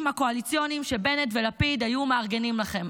הקואליציוניים שבנט ולפיד היו מארגנים לכם,